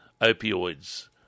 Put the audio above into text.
opioids